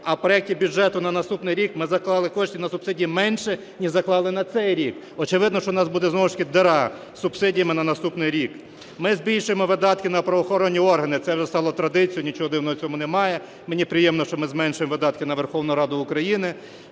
а в проекті бюджету на наступний рік ми заклали кошти на субсидії менше, ніж заклали на цей рік. Очевидно, що у нас буде знову ж таки діра з субсидіями на наступний рік. Ми збільшуємо видатки на правоохоронні органи. Це вже стало традицією, нічого дивного в цьому немає. Мені приємно, що ми зменшуємо видатки на Верховну Раду України